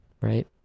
Right